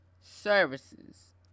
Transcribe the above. services